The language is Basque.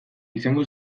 izango